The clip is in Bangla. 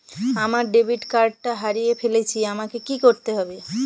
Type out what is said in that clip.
আমার ডেবিট কার্ডটা হারিয়ে ফেলেছি আমাকে কি করতে হবে?